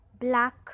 black